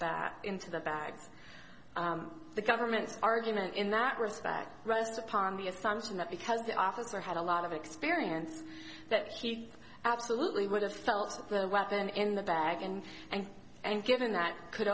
that into the bags the government's argument in that respect rests upon the assumption that because the officer had a lot of experience that she absolutely would have felt the weapon in the bag and and and given that could